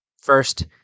First